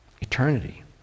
eternity